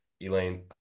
Elaine